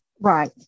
right